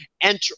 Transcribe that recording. enter